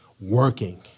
working